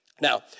Now